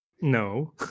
No